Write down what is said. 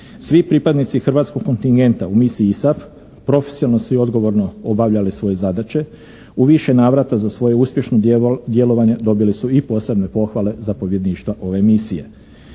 Svi pripadnici hrvatskog kontingenta u misiji ISAF profesionalno su i odgovorno obavljali svoje zadaće. U više navrata za svoje uspješno djelovanje dobili su i posebne pohvale zapovjedništva ove misije.